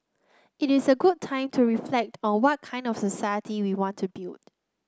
it is a good time to reflect on what kind of society we want to build